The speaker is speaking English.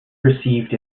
perceived